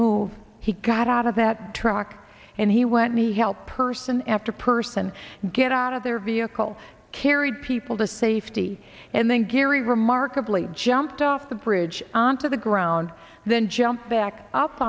move he got out of that truck and he went me help person after person get out of their vehicle carried people to safety and then gary remarkably jumped off the bridge onto the ground then jumped back up